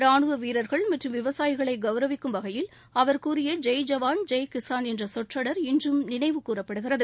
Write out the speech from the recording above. ராணுவ வீரர்கள் மற்றும் விவசாயிகளை கவுரவிக்கும் வகையில் அவர் கூறிய ஜெய் ஜவான் ஜெய் கிஸான் என்ற சொற்றொடர் இன்றும் நினைவு கூறப்படுகிறது